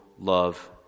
love